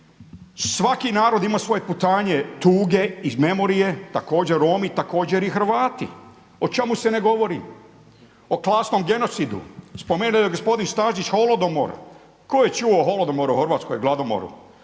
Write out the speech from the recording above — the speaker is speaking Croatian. Svaki narod ima svoje putanje tuge i memorije, također Romi, također i Hrvati. O čemu se ne govori? O klasnom genocidu. Spomenuo je gospodin Stazić holodomor, tko je čuo o holodomoru u Hrvatskoj, gladomoru